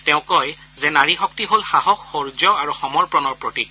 তেওঁ কয় যে নাৰী শক্তি হল সাহস শৌৰ্য আৰু সমৰ্পণৰ প্ৰতীক